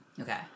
Okay